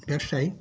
ব্যবসায়ী